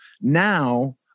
now